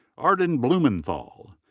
arden blumenthal.